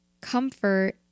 comfort